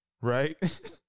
right